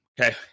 Okay